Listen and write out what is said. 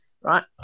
right